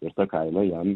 ir ta kaina jam